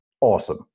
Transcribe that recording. awesome